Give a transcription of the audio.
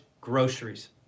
groceries